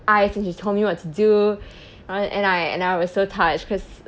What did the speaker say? ice and she told me what to do uh and I and I was so touched because